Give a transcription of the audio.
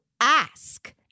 ask